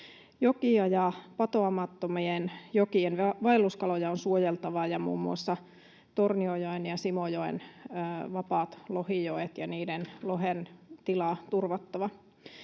Jokia ja patoamattomien jokien vaelluskaloja on suojeltava ja muun muassa Tornionjoen ja Simojoen vapaat lohijoet ja niiden lohen tila on turvattava.